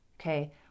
okay